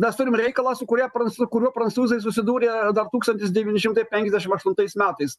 mes turim reikalą su kuria pranc kurių prancūzai susidūrė dar tūkstantis devyni šimtai penkiasdešim aštuntais metais